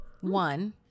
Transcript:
one